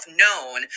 known